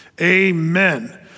Amen